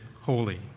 holy